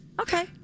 Okay